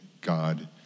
God